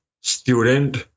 student